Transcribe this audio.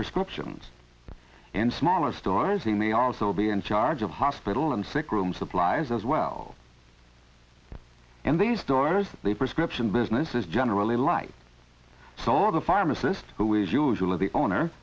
prescriptions in smaller stores and they also be in charge of hospital and sick room supplies as well in these stores the prescription business is generally light so are the pharmacist who is usually the owner